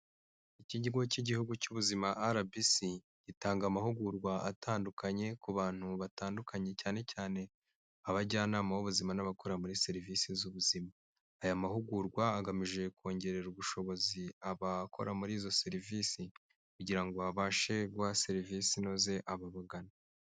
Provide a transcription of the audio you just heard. Iki kigo cy'igihugu cy'ubuzima arabisi gitanga amahugurwa atandukanye ku bantu batandukanye cyane cyane abajyanama b'ubuzima n'abakora muri serivisi z'ubuzima aya mahugurwa agamije kongerera ubushobozi abakora muri izo serivisi kugira ngo babashe guha serivisi inoze aba bagana.